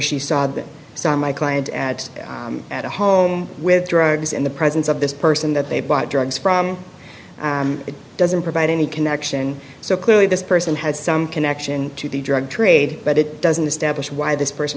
she saw them saw my client at at home with drugs in the presence of this person that they bought drugs from it doesn't provide any connection so clearly this person had some connection to the drug trade but it doesn't establish why this person